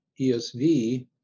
ESV